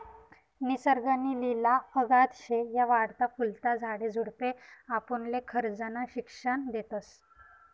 निसर्ग नी लिला अगाध शे, या वाढता फुलता झाडे झुडपे आपुनले खरजनं शिक्षन देतस